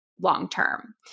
long-term